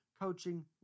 coaching